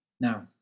Now